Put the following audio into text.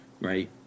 right